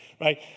Right